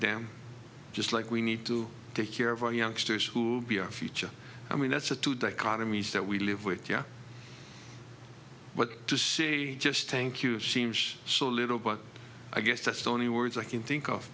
dam just like we need to take care of our youngsters who'll be our future i mean that's the two dichotomies that we live with yeah but to say just thank you seems so little but i guess that's the only words i can think of